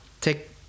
take